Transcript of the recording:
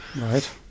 Right